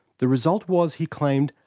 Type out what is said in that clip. the result was, he claimed,